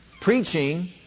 preaching